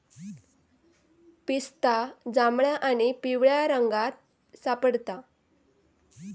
पिस्ता जांभळ्या आणि पिवळ्या रंगात सापडता